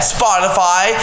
Spotify